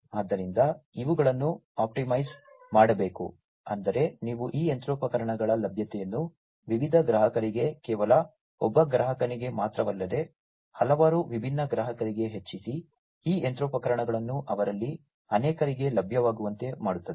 ಆದ್ದರಿಂದ ಇವುಗಳನ್ನು ಆಪ್ಟಿಮೈಸ್ ಮಾಡಬೇಕು ಅಂದರೆ ನೀವು ಈ ಯಂತ್ರೋಪಕರಣಗಳ ಲಭ್ಯತೆಯನ್ನು ವಿವಿಧ ಗ್ರಾಹಕರಿಗೆ ಕೇವಲ ಒಬ್ಬ ಗ್ರಾಹಕನಿಗೆ ಮಾತ್ರವಲ್ಲದೆ ಹಲವಾರು ವಿಭಿನ್ನ ಗ್ರಾಹಕರಿಗೆ ಹೆಚ್ಚಿಸಿ ಈ ಯಂತ್ರೋಪಕರಣಗಳನ್ನು ಅವರಲ್ಲಿ ಅನೇಕರಿಗೆ ಲಭ್ಯವಾಗುವಂತೆ ಮಾಡುತ್ತದೆ